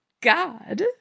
God